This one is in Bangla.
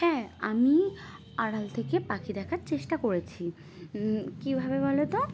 হ্যাঁ আমি আড়াল থেকে পাখি দেখার চেষ্টা করেছি কীভাবে বলো তো